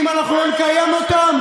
שאם אנחנו לא נקיים אותם,